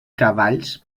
cavalls